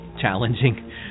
challenging